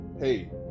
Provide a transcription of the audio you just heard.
hey